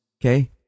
Okay